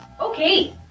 Okay